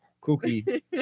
cookie